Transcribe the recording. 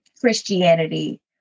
christianity